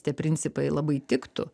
tie principai labai tiktų